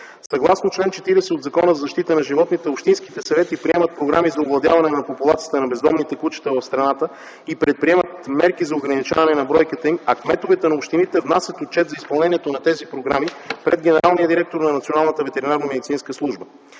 Съгласно чл. 40 от Закона за защита на животните общинските съвети приемат програми за овладяване на популацията на бездомните кучета в страната и предприемат мерки за ограничаване на бройката им, а кметовете на общините внасят отчет за изпълнението на тези програми пред генералния директор на Националната ветеринарномедицинска служба.